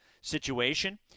situation